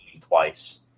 twice